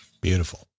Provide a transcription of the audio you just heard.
Beautiful